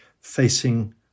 facing